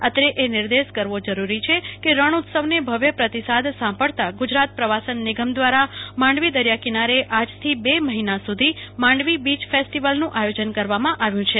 અત્રે એ નિર્દેશ કરવો જરૂરી છે કે રણ ઉત્સવને ભવ્ય પ્રતિસાદ સાંપડતાં ગુજરાત પ્રવાસન નિગમ દ્વારા માંડવી દરિયાકિનારે આજથી બે મહિના સુધી માંડવી બીય ફેસ્ટિવલનું આયોજન કરવામાં આવ્યું છે